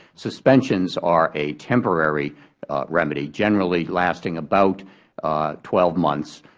suspensions are a temporary remedy, generally lasting about twelve months.